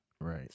Right